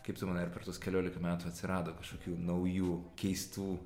kaip tu manai ar per tuos keliolika metų atsirado kažkokių naujų keistų